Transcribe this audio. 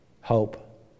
Hope